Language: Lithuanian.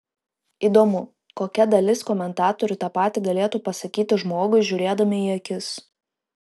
įdomu kokia dalis komentatorių tą patį galėtų pasakyti žmogui žiūrėdami į akis